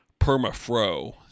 permafro